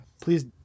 Please